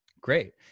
Great